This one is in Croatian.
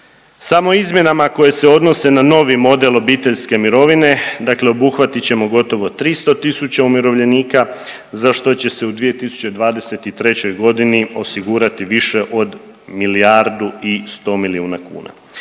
Samo izmjenama koje se odnose na novi model obiteljske mirovine, dakle obuhvati ćemo gotovo 300.000 umirovljenika za što će se u 2023. godini osigurati više od milijardu i 100 milijuna kuna.